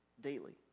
daily